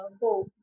go